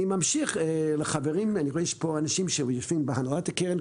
אני רואה שיש פה אנשים שיושבים בהנהלת הקרן.